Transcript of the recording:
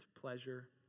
pleasure